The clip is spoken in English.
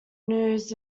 news